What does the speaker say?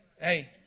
hey